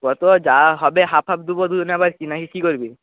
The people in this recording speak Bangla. কত যা হবে হাফ হাফ দেব দুজনে আবার কী নাকি কী করবি